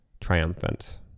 triumphant